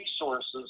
resources